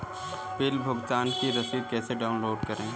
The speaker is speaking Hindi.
बिल भुगतान की रसीद कैसे डाउनलोड करें?